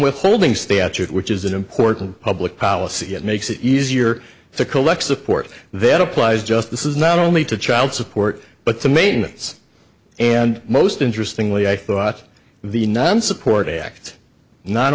withholding statute which is an important public policy it makes it easier to collect support that applies just this is not only to child support but the main it's and most interesting lee i thought the nonsupport act not